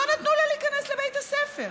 לא נתנו לה להיכנס לבית הספר.